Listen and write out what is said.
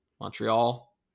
Montreal